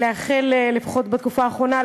לפחות בתקופה האחרונה,